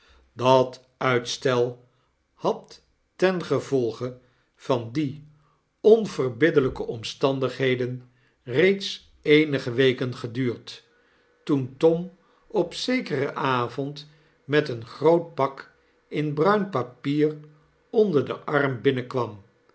dat uitstel had ten gevolge van die onverbiddelyke omstandigheden reeds eenige weken geduurd toen tom op zekeren avond met een groot pak in bruin papier onder den arm binnenkwam